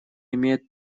имеет